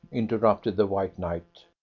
interrupted the white knight.